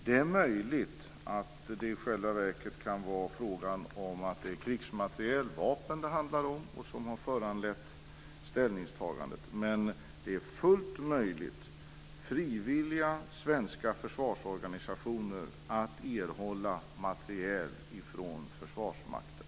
Det är möjligt att det i själva verket kan vara krigsmateriel, vapen, som har föranlett ställningstagandena. Men det är fullt möjligt för frivilliga svenska försvarsorganisationer att erhålla materiel från Försvarsmakten.